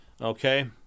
Okay